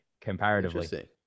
comparatively